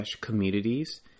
communities